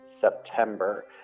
september